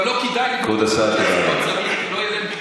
אם לא יהיה ביקוש, כבוד השר, תודה רבה.